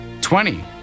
Twenty